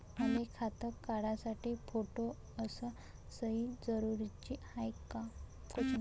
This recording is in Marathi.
मले खातं काढासाठी फोटो अस सयी जरुरीची हाय का?